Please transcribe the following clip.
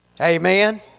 Amen